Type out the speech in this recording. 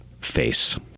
face